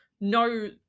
no –